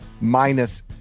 minus